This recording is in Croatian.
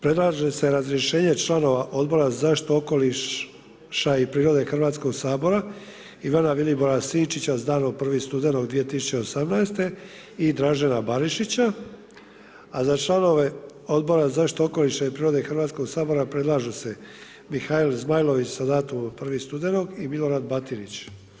Predlaže se razrješenje članova Odbora za zaštitu okoliša i prirode Hrvatskog sabora Ivana Vilibora Sinčića sa danom 1. studenog 2018. i Dražena Barišića a za članove Odbora za zaštitu okoliša i prirode Hrvatskog sabora predlažu se Mihael Zmajlović sa datumom od 1. studenog i Milorad Batinić.